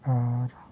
ᱟᱨ